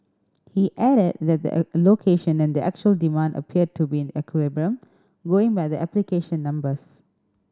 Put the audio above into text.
he added that the allocation and the actual demand appeared to be in equilibrium going by the application numbers